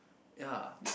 ya